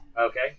Okay